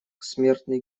смертный